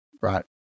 right